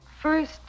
First